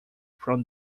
from